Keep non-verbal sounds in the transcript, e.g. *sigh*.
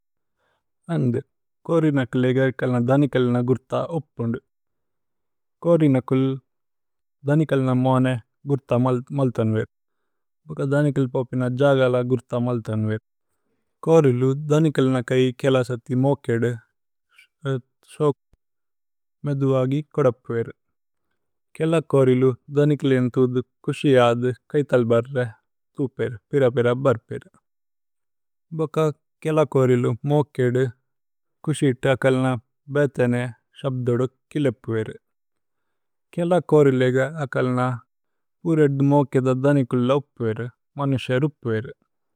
കോരിനകുല് ഏഗര് കല്ന ദനികല്ന ഗുര്ത ഉപ്പുന്ദു। കോരിനകുല് ദനികല്ന മോനേ ഗുര്ത മല്തന്വേരു। ഭോക ദനികല് പോപിന ജഗല ഗുര്ത മല്തന്വേരു। *hesitation* സോകു മേദു അഗി കോദപ്വേരു കേല। കോരിലു ദനികല് ഏന്ഥുദു കുശി അദു കൈതല് ബര്രേ। ഥുപേരു പിര പിര ബര്പേരു ഭോക കേല കോരിലു। മോകേദു കുശി ഇത്തേ അകല്ന ബേതേനേ സബ്ദോദു। കിലേപ്വേരു കേല കോരില് ഏഗര് അകല്ന പുരേദ് മോകേദു। ദനികുല് ഉപ്പ്വേരു മോനേസേര് ഉപ്പ്വേരു।